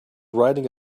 writing